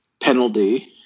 penalty